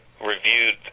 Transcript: reviewed